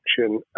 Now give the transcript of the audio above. action